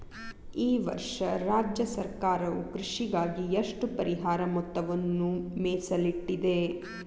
ಈ ವರ್ಷ ರಾಜ್ಯ ಸರ್ಕಾರವು ಕೃಷಿಗಾಗಿ ಎಷ್ಟು ಪರಿಹಾರ ಮೊತ್ತವನ್ನು ಮೇಸಲಿಟ್ಟಿದೆ?